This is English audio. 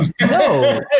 No